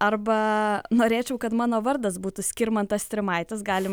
arba norėčiau kad mano vardas būtų skirmantas strimaitis galim